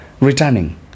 returning